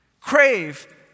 crave